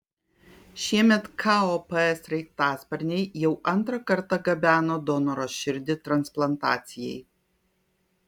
šiemet kop sraigtasparniai jau antrą kartą gabeno donoro širdį transplantacijai